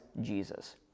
Jesus